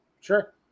Sure